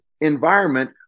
environment